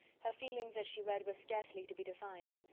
her feelings as she read were scarcely to be defined.